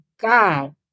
God